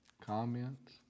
Comments